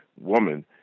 woman